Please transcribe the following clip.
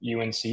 UNC